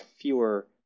fewer